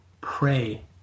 pray